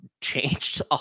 changed